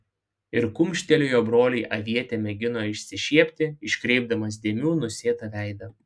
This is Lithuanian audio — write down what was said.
ir kumštelėjo broliui avietė mėgino išsišiepti iškreipdamas dėmių nusėtą veidą